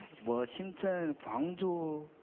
so um to gyeongju.